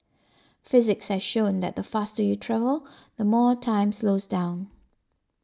physics has shown that the faster you travel the more time slows down